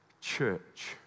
church